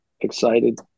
excited